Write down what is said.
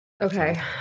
Okay